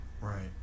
right